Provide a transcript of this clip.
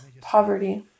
poverty